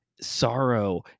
sorrow